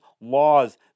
laws